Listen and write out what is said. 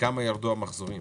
בכמה ירדו המחזורים